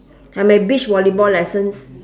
I'm at beach volleyball lessons